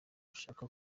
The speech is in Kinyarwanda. ushaka